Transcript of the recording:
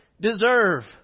deserve